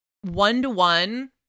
one-to-one